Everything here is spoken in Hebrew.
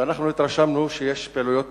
ואנחנו התרשמנו שיש פעילויות,